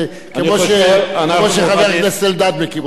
כמו שחבר הכנסת אלדד מכיר אותו.